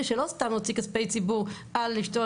כדי שלא סתם נוציא כספי ציבור על לשתול